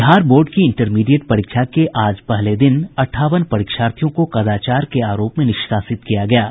Bihar board की intermediate परीक्षा के आज पहले दिन अट्ठावन परीक्षार्थियों को कदाचार के आरोप में निष्कासित किया गया है